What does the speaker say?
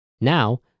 Now